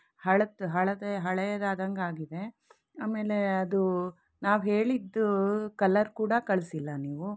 ಹಳತು ಹಳತು ಹಳೇದಾದಂಗೆ ಆಗಿದೆ ಆಮೇಲೆ ಅದು ನಾವು ಹೇಳಿದ್ದು ಕಲರ್ ಕೂಡ ಕಳಿಸಿಲ್ಲ ನೀವು